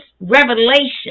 revelation